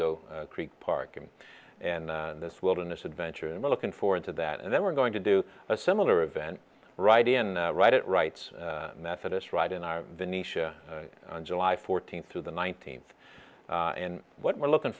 go creek park and and this wilderness adventure and we're looking forward to that and then we're going to do a similar event right in right at wright's methodist right in our nisha on july fourteenth through the nineteenth and what we're looking